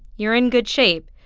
you're in good shape.